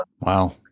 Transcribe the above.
Wow